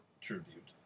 Tribute